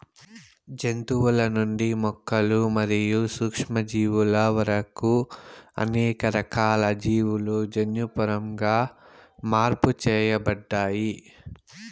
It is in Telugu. జంతువుల నుండి మొక్కలు మరియు సూక్ష్మజీవుల వరకు అనేక రకాల జీవులు జన్యుపరంగా మార్పు చేయబడ్డాయి